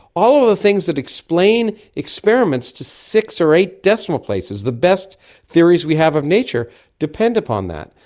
all of the things that explain experiments to six or eight decimal places, the best theories we have of nature depend upon that.